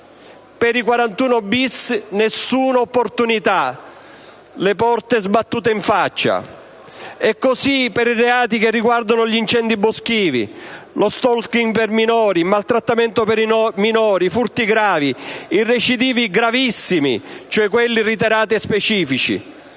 per i 41-*bis* nessuna opportunità, le porte sbattute in faccia; così per i reati che riguardano gli incendi boschivi, lo *stalking* e il maltrattamento dei minori, i furti gravi, i recidivi gravissimi, quelli reiterati e specifici.